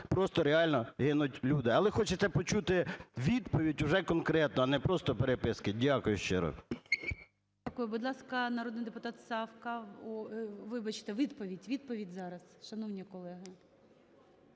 просто реально гинуть людей. Але хочеться почути відповідь уже конкретну, а не просто переписки. Дякую ще раз. ГОЛОВУЮЧИЙ. Будь ласка, народний депутат Савка. Ой, вибачте, відповідь. Відповідь зараз, шановні колеги.